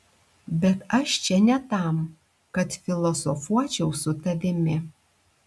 bet aš čia ne tam kad filosofuočiau su tavimi